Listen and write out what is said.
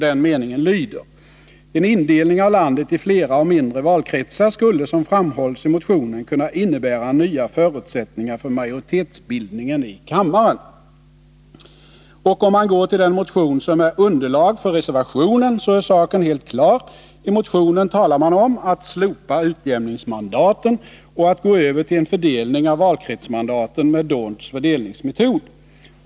Den meningen lyder: ”Enindelning av landet i flera och mindre valkretsar skulle som framhålls i motionen kunna innebära nya förutsättningar för majoritetsbildningen i kammaren.” Och om man går till den motion som är underlag för reservationen, så är saken helt klar. I motionen talar man om att slopa utjämningsmandaten och att gå över till en fördelning av valkretsmandaten med d'Hondts fördelningsmetod.